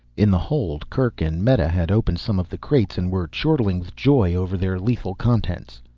in the hold, kerk and meta had opened some of the crates and were chortling with joy over their lethal contents.